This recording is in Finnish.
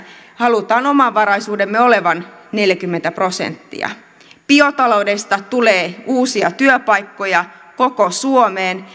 halutaan omavaraisuutemme olevan neljäkymmentä prosenttia biotaloudesta tulee uusia työpaikkoja koko suomeen